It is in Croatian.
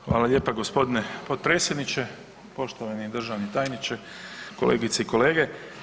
Hvala lijepa g. potpredsjedniče, poštovani državni tajniče, kolegice i kolege.